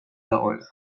dagoena